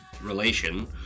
relation